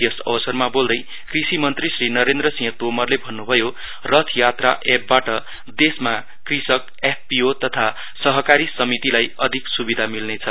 यस अवसरमा बोल्दै कृषि मन्त्री श्री नरेन्द्र सिंह तोमरले भन्नभयो रथ यात्रा एपबाट देशमा कृषक एफ पि ओ तथा सहकारी समितिहरूलाई अधिक स्वाधा मिल्नेछ